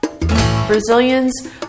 Brazilians